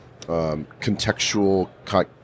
contextual